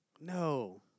No